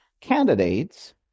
candidates